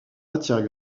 matière